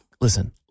listen